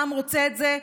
העם רוצה את זה.